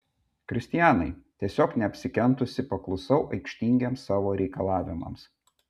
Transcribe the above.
kristianai tiesiog neapsikentusi paklusau aikštingiems tavo reikalavimams